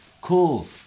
Cool